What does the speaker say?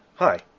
Hi